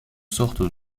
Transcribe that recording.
sortes